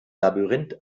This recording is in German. labyrinth